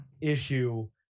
issue